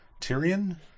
Tyrion